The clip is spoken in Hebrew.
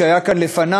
שהיה כאן לפני,